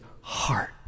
heart